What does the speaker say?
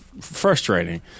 frustrating